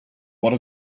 what